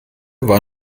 war